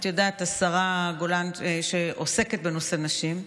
את יודעת, השרה גולן, שעוסקת בנושא נשים,